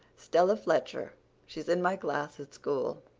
stella fletcher she's in my class at school.